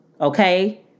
Okay